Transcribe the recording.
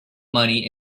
money